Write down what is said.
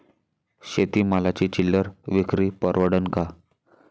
शेती मालाची चिल्लर विक्री परवडन का?